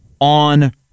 on